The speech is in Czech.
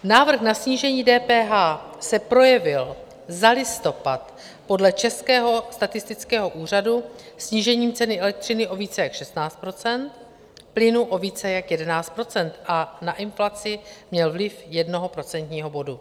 Návrh na snížení DPH se projevil za listopad podle Českého statistického úřadu snížením ceny elektřiny o více jak 16 %, plynu o více jak 11 % a na inflaci měl vliv jednoho procentního bodu.